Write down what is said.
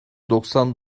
doksan